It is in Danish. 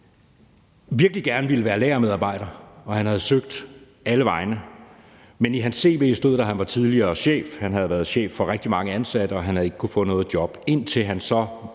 virkelig gerne ville være lagermedarbejder, og han havde søgt alle vegne. Men i hans cv stod der, han var tidligere chef. Han havde været chef for rigtig mange ansatte, og han havde ikke kunnet få noget job, indtil han så